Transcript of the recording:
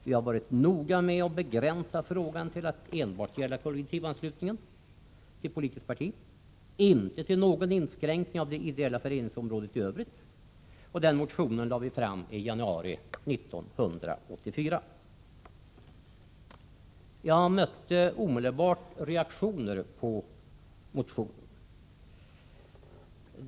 Vi har varit noga med att begränsa frågan till att enbart gälla kollektivanslutningen till ett politiskt parti, inte till någon inskränkning av det ideella föreningsområdet i övrigt. Vi lade fram motionen i januari 1984. Jag mötte omedelbart reaktioner på motionen.